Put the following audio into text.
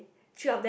three of them